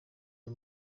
byo